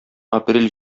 апрель